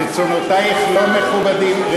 רצונותייך לא מכובדים.